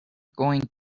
going